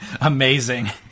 Amazing